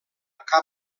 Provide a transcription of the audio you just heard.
cap